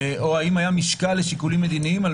או האם היה משקל לשיקולים מדיניים על